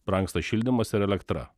brangsta šildymas ir elektra